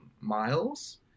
miles